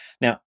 Now